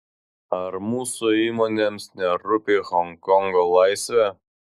ar mūsų įmonėms nerūpi honkongo laisvė